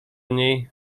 niej